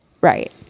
Right